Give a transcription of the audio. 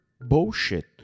bullshit